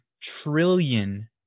trillion